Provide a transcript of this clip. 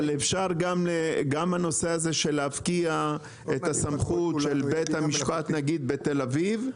גם הנושא הזה של להפקיע את הסמכות של בית המשפט בתל-אביב.